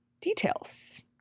details